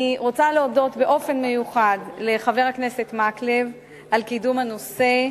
אני רוצה להודות באופן מיוחד לחבר הכנסת מקלב על קידום הנושא,